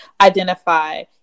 identify